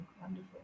wonderful